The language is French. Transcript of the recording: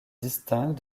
distinctes